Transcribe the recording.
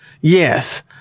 Yes